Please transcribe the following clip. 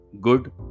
good